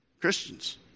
Christians